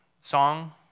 song